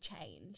change